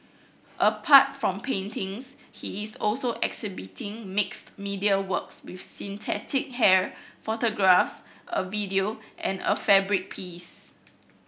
apart from paintings he is also exhibiting mixed media works with synthetic hair photographs a video and a fabric piece